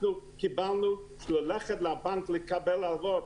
אנחנו קיבלנו ללכת לבנק ולקבל הלוואות,